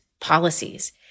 policies